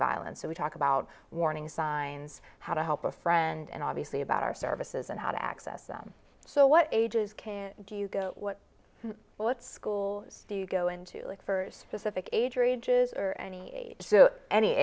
violence so we talk about warning signs how to help a friend and obviously about our services and how to access them so what ages can do you go what what school do you go in to look for specific age or ages or any a